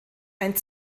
ein